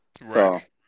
Right